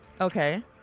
Okay